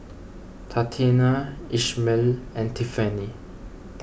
Tatianna Ishmael and Tiffanie